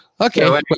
Okay